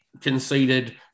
conceded